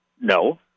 No